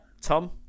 Tom